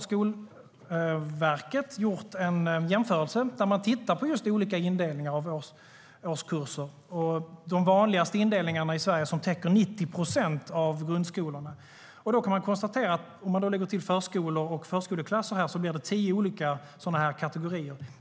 Skolverket har gjort en jämförelse och tittat på just olika indelningar av årskurser och de vanligaste indelningarna i Sverige som täcker 90 procent. Om man då lägger till förskolor och förskoleklasser blir det tio olika kategorier.